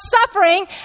suffering